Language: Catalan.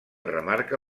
remarca